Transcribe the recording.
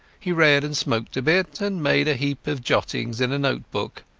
he read and smoked a bit, and made a heap of jottings in a note-book,